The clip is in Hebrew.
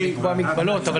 והמגבלות,